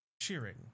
Cheering